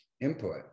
input